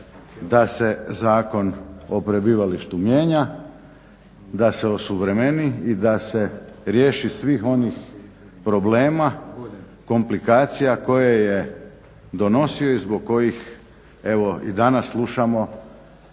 da se Zakon o prebivalištu mijenja, da se osuvremeni i da se riješi svih onih problema, komplikacija koje je donosio i zbog kojih evo i danas slušamo